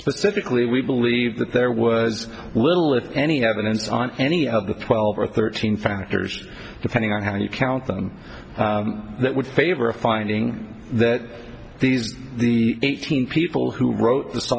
specifically we believe that there was little if any evidence on any of the twelve or thirteen factors depending on how you count them that would favor a finding that these the eighteen people who wrote th